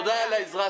תודה על העזרה.